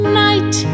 night